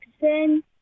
sin